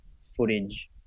footage